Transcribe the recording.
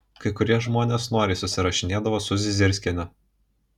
kai kurie žmonės noriai susirašinėdavo su zizirskiene